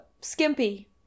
Skimpy